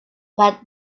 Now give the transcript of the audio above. but